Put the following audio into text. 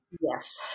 yes